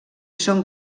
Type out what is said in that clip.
són